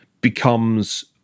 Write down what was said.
becomes